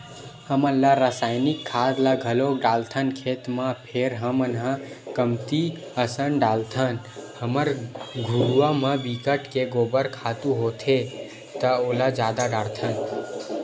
हमन ह रायसायनिक खाद ल घलोक डालथन खेत म फेर हमन ह कमती असन डालथन हमर घुरूवा म बिकट के गोबर खातू होथे त ओला जादा डारथन